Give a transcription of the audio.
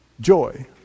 joy